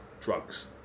Drugs